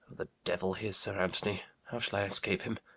the devil! here's sir anthony! how shall i escape him?